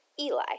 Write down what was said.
Eli